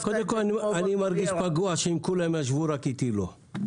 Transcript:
אני מרגיש פגוע שעם כולם ישבו ורק איתי לא.